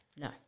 No